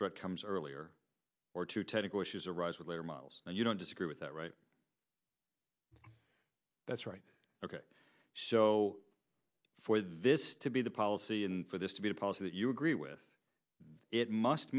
threat comes earlier or two technical issues arise with later models and you don't disagree with that right that's right ok so for this to be the policy and for this to be a policy that you agree with it must